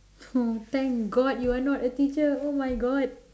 oh thank god you are not a teacher oh my god